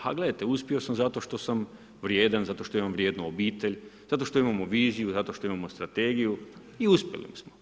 Ha gledajte, uspio sam zato što sam vrijedan, zato što imam vrijednu obitelj, zato što imamo viziju, što imamo strategiju i uspjeli smo.